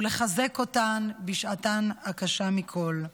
ולחזק אותן בשעתן הקשה מכול.